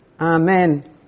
Amen